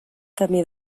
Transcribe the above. camí